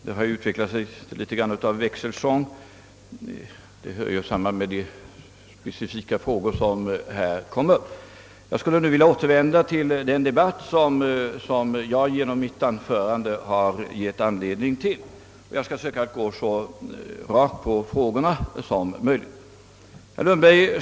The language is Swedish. Herr talman! Debatten har beroende på att dessa specifika frågor kommit upp utvecklat sig till något av en växel sång. Jag skulle emellertid nu vilja återvända till den debatt som jag genom mitt anförande gett upphov till, och jag skall därvid försöka gå så rakt som möjligt på de framställda frågorna.